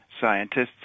scientists